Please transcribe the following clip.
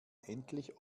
endlich